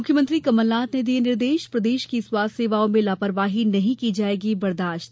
मुख्यमंत्री कमलनाथ ने दिये निर्देश प्रदेश की स्वास्थ्य सेवाओं में लापरवाही नहीं की जायेगी बर्दाश्त